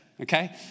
Okay